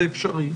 זה אפשרי.